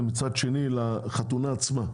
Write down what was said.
ומצד שני לחתונה עצמה,